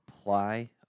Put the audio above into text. apply